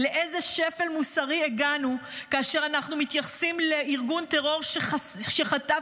לאיזה שפל מוסרי הגענו כאשר אנו מתייחסים לארגון טרור שחטף אזרחים,